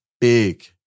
big